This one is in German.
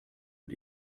und